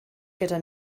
gyda